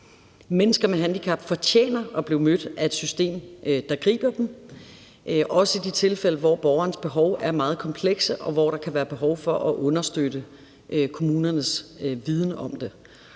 Mennesker med handicap fortjener at blive mødt af et system, der griber dem, også i de tilfælde, hvor borgernes behov er meget komplekse, og hvor der kan være behov for at understøtte kommunernes viden om det.